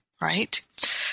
right